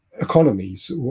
economies